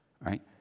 right